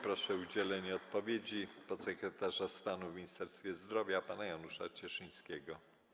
Proszę o udzielenie odpowiedzi podsekretarza stanu w Ministerstwie Zdrowia pana Janusza Cieszyńskiego.